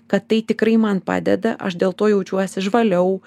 kad tai tikrai man padeda aš dėl to jaučiuosi žvaliau